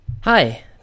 Hi